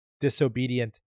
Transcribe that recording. disobedient